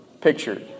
picture